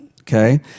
okay